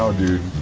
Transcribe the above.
so dude.